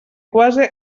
quasi